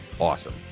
awesome